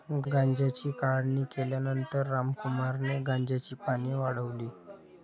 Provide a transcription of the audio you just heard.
गांजाची काढणी केल्यानंतर रामकुमारने गांजाची पाने वाळवली